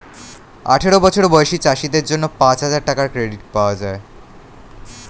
আঠারো বছর বয়সী চাষীদের জন্য পাঁচহাজার টাকার ক্রেডিট পাওয়া যায়